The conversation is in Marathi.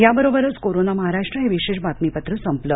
याबरोबरच कोरोना महाराष्ट्र हे विशेष बातमीपत्र संपलं